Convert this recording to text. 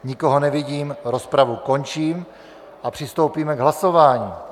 Nikoho nevidím, rozpravu končím a přistoupíme k hlasování.